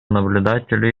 наблюдателю